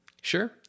Sure